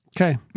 Okay